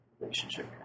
relationship